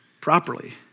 properly